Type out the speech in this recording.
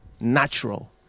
natural